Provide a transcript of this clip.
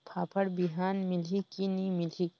फाफण बिहान मिलही की नी मिलही?